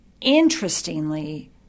interestingly